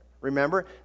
Remember